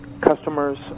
customers